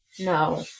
No